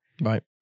right